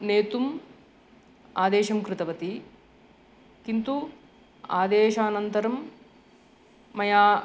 नेतुम् आदेशं कृतवती किन्तु आदेशानन्तरं मया